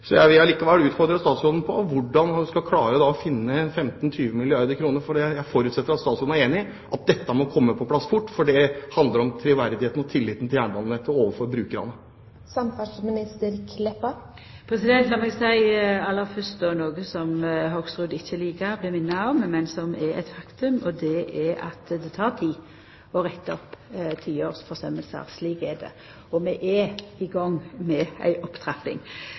klare å finne 15–20 milliarder kr. Jeg forutsetter at statsråden er enig i at dette må komme på plass fort, for det handler om troverdighet og brukernes tillit til jernbanenettet. Lat meg aller fyrst seia noko som Hoksrud ikkje likar å bli minna om, men som er eit faktum, og det er at det tek tid å retta opp ti år med forsømingar. Slik er det. Og vi er i gang med ei opptrapping.